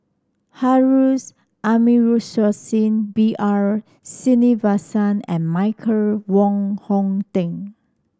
Harun Aminurrashid B R Sreenivasan and Michael Wong Hong Teng